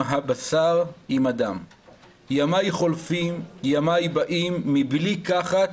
הבשר עם הדם / ימיי חולפים ימיי באים / מבלי קחת